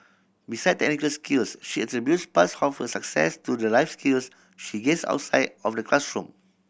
beside technical skills she attributes parts half of her success to the life skills she gains outside of the classroom